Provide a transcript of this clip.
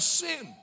sin